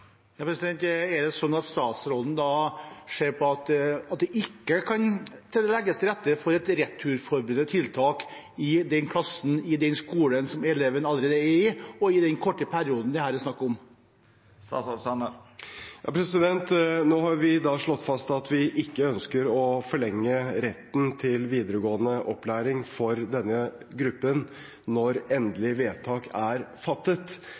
Er det slik at statsråden da sier at det ikke kan legges til rette for et returforberedende tiltak i den klassen, i den skolen eleven allerede er, i den korte perioden det her er snakk om? Nå har vi slått fast at vi ikke ønsker å forlenge retten til videregående opplæring for denne gruppen når endelig vedtak er fattet.